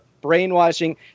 brainwashing